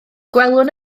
gwelwn